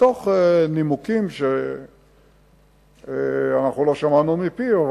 מנימוקים שאנחנו לא שמענו מפיו.